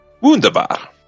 Wunderbar